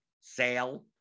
Sale